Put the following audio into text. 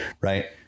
right